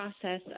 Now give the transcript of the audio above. process